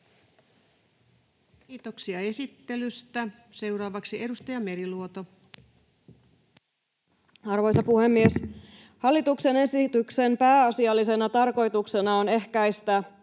Kiitoksia esittelystä. — Seuraavaksi edustaja Meriluoto. Arvoisa puhemies! Hallituksen esityksen pääasiallisena tarkoituksena on ehkäistä